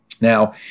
Now